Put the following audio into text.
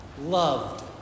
loved